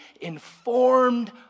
informed